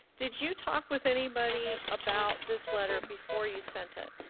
did you talk with anybody about this letter before you sent it?